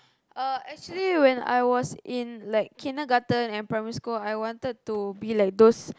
actually when I was in like kindergarten and primary school I wanted to be like those